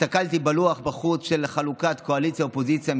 הסתכלתי בלוח בחוץ של חלוקת קואליציה אופוזיציה,